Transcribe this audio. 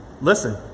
Listen